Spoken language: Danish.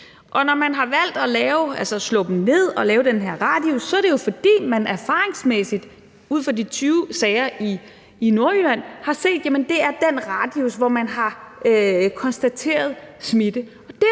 Når man har valgt at lave den her radius og altså slå dem ned, er det jo, fordi man erfaringsmæssigt ud fra de 20 sager i Nordjylland har set, at det er den radius, hvor man har konstateret smitte.